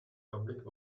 public